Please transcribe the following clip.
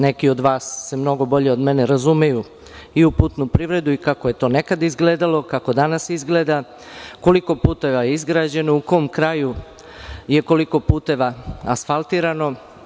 Neki od vas se mnogo bolje od mene razumeju i u putnu privredu i kako je to nekada izgledalo, kako danas izgleda, koliko puteva je izgrađeno, u kom kraju je koliko puteva asfaltirano.